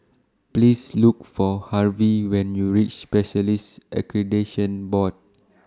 Please Look For Harvy when YOU REACH Specialists Accreditation Board